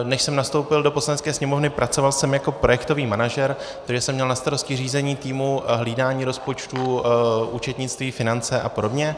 Než jsem nastoupil do Poslanecké sněmovny, pracoval jsem jako projektový manažer, protože jsem měl na starosti řízení týmu, hlídaní rozpočtů, účetnictví, finance apod.